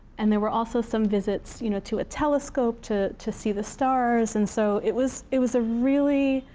and there were also some visits you know to a telescope to to see the stars, and so it was it was a really,